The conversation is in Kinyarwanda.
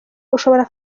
ushobora